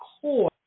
core